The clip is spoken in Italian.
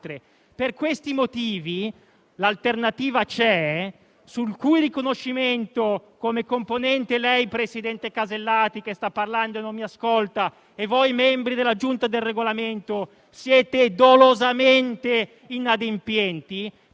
Per questi motivi L'alternativa c'è, sul cui riconoscimento come componente lei, presidente Casellati - che sta parlando e non mi ascolta -, e voi, membri della Giunta per il Regolamento, siete dolosamente inadempienti,